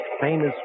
Famous